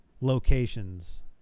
locations